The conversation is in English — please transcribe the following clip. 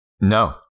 No